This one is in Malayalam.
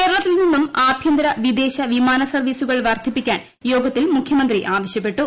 കേരളത്തിൽ നിന്നും ആഭ്യന്തര വിദേശ വിമാന സർവീസുകൾ വർധിപ്പിക്കാൻ യോഗത്തിൽ മുഖ്യമന്ത്രി ആവശ്യപ്പെട്ടു